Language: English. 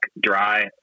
dry